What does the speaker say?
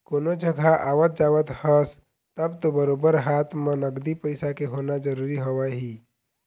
कोनो जघा आवत जावत हस तब तो बरोबर हाथ म नगदी पइसा के होना जरुरी हवय ही